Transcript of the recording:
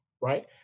right